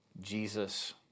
Jesus